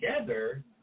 together